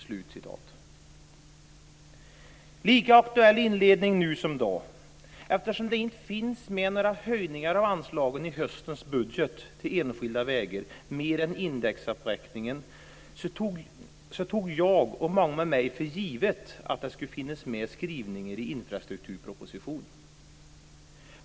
Inledningen är lika aktuell nu som då. Eftersom det inte finns med några höjningar av anslagen till enskilda vägar i höstens budget, mer än vad gäller indexuppräkningen, så tog jag och många med mig för givet att det skulle finnas med skrivningar i infrastrukturpropositionen.